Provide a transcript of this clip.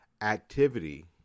activity